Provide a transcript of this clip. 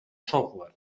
software